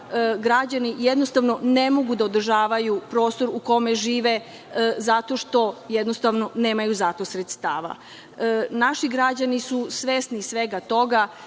građani jednostavno ne mogu da održavaju prostor u kome žive, zato što jednostavno nemaju za to sredstava. Naši građani su svesni svega toga,